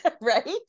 right